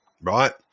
right